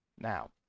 Now